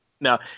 No